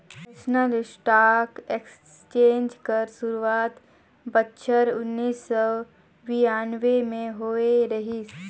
national stock exchange कर सुरवात बछर उन्नीस सव बियानबें में होए रहिस